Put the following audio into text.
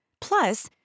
Plus